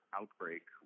outbreak